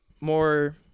more